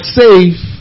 safe